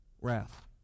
wrath